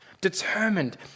determined